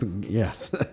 Yes